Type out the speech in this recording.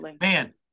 man